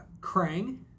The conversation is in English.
Krang